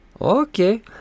Okay